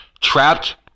trapped